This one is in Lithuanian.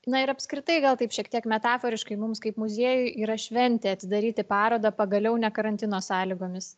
na ir apskritai gal taip šiek tiek metaforiškai mums kaip muziejui yra šventė atidaryti parodą pagaliau ne karantino sąlygomis